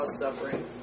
suffering